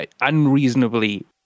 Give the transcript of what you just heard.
unreasonably